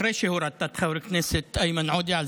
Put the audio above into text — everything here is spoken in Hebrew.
אחרי שהורדת את חבר הכנסת איימן עודה,